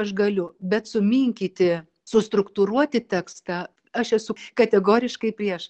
aš galiu bet suminkyti sustruktūruoti tekstą aš esu kategoriškai prieš